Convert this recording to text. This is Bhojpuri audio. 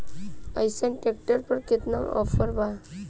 अइसन ट्रैक्टर पर केतना ऑफर बा?